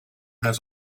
has